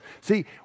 See